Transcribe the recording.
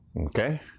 Okay